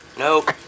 Nope